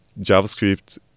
JavaScript